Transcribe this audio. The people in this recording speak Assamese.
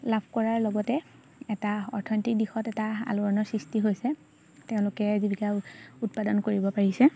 লাভ কৰাৰ লগতে এটা অৰ্থনৈতিক দিশত এটা আলোড়নৰ সৃষ্টি হৈছে তেওঁলোকে জীৱিকা উৎপাদন কৰিব পাৰিছে